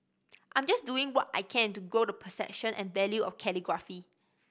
I'm just doing what I can to grow the perception and value of calligraphy